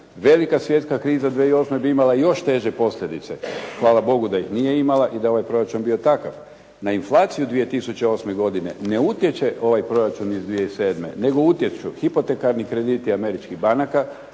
velika svjetska kriza 2008. bi imala još teže posljedice. Hvala Bogu da ih nije imala i da je ovaj proračun bio takav. Na inflaciju 2008. godine ne utječe ovaj proračun iz 2007. nego utječu hipotekarni krediti američkih banaka,